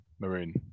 maroon